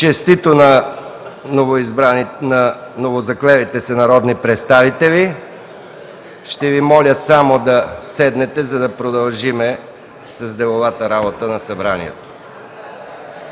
Честито на новозаклелите се народни представители! Ще Ви моля само да седнете, за да продължим с деловата работа на Събранието.